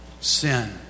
sin